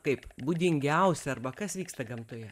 kaip būdingiausia arba kas vyksta gamtoje